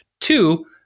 Two